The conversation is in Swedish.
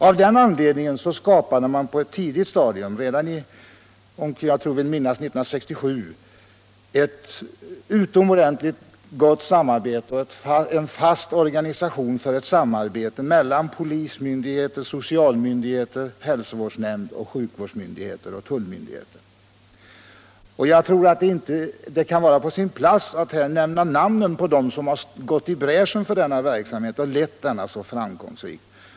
Av den anledningen skapade man på ett tidigt stadium — redan 1967, vill jag minnas — med en fast organisation ett utomordentligt gott samarbete mellan polismyndigheter, socialmyndigheter, hälsovårdsnämnd, sjukvårdsmyndigheter och tullmyndigheter. Jag tycker det kan vara på sin plats att här nämna namnen på dem som har gått i bräschen för denna verksamhet och lett den så framgångsrikt.